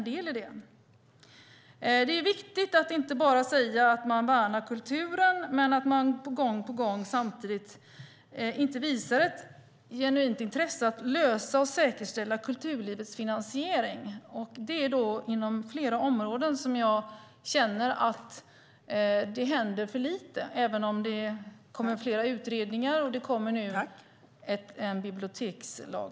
Hur kan man säga att man värnar kulturen och samtidigt gång på gång underlåta att visa ett genuint intresse för att lösa och säkerställa kulturlivets finansiering? Jag känner att det händer för lite inom flera områden, även om det kommer flera utredningar och ett förslag till bibliotekslag.